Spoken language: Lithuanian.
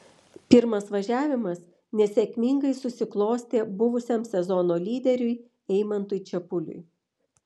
pirmas važiavimas nesėkmingai susiklostė buvusiam sezono lyderiui eimantui čepuliui